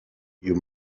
you